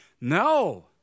No